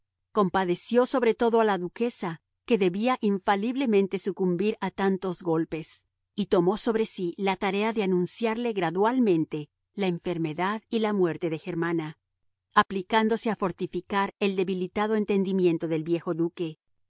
compadeció sobre todo a la duquesa que debía infaliblemente sucumbir a tantos golpes y tomó sobre sí la tarea de anunciarle gradualmente la enfermedad y la muerte de germana aplicándose a fortificar el debilitado entendimiento del viejo duque